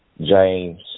James